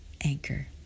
Anchor